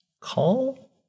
call